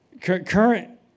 Current